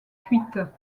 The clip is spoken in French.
cuites